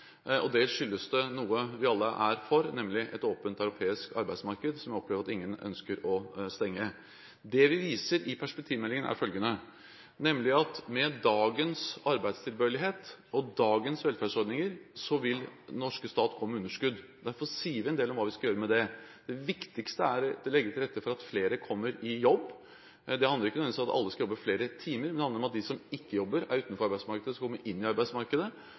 og dels skyldes det noe vi alle er for, nemlig et åpent europeisk arbeidsmarked – som jeg opplever at ingen ønsker å stenge. Det vi viser til i perspektivmeldingen, er følgende – nemlig at med dagens arbeidstilbørlighet og dagens velferdsordninger vil den norske stat gå med underskudd. Derfor sier vi en del om hva vi skal gjøre med det. Det viktigste er å legge til rette for at flere kommer i jobb. Det handler ikke nødvendigvis om at alle skal jobbe flere timer, men det handler om at de som ikke jobber og er utenfor arbeidsmarkedet, skal komme inn på arbeidsmarkedet,